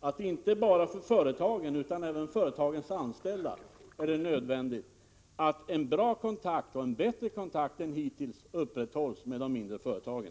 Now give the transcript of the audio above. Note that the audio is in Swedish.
att det inte bara för företagen utan även för företagens anställda är nödvändigt att en bra kontakt — och en bättre kontakt än hittills — upprätthålls med de mindre företagen.